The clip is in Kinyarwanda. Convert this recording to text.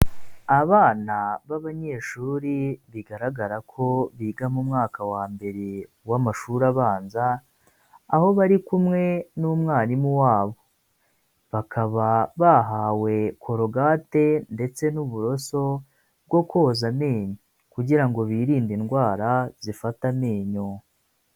Abana b'abanyeshuri bigaragara ko biga mu mwaka wa mbere w'amashuri abanza aho bari kumwe n'umwarimu wabo, bakaba bahawe korogate ndetse n'uburoso bwo koza amenyo kugira birinde indwara zifata amenyo.